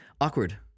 Awkward